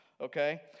okay